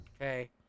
Okay